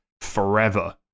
forever